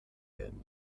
werden